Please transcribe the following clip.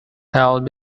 held